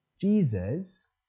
Jesus